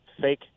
fake